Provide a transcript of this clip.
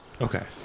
okay